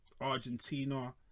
Argentina